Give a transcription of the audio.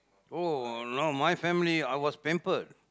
oh no my family I was pampered